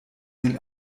sind